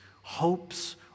hopes